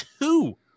two